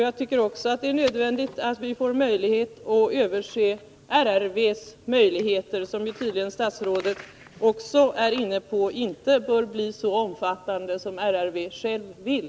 Jag tycker även att det är nödvändigt att vi får tillfälle att se över RRV:s möjligheter, som inte — det var tydligen statsrådet också inne på — tycks bli så omfattande som RRV självt vill.